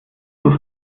muss